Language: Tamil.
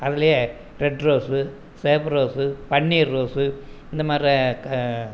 அதிலயே ரெட் ரோஸு சிவப்பு ரோஸு பன்னீர் ரோஸு இந்த மாதிரி க